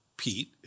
Pete